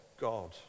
God